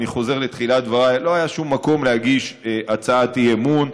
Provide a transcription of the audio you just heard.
אני חוזר לתחילת דבריי: לא היה שום מקום להגיש הצעת אי-אמון.